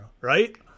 right